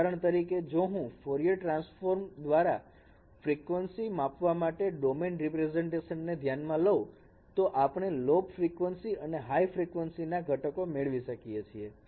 ઉદાહરણ તરીકે જો હું ફ્યુરિયર ટ્રાન્સફોર્મ દ્વારા ફ્રીકવંશી માપવા માટે ડોમેન રીપ્રેઝન્ટેશન ને ધ્યાનમાં લવ તો આપણે લો ફ્રીકવંશી અને હાઈ ફ્રીકવંશી ના ઘટકો મેળવી શકીએ છીએ